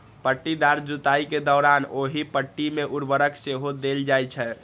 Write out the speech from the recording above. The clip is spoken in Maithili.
पट्टीदार जुताइ के दौरान ओहि पट्टी मे उर्वरक सेहो देल जाइ छै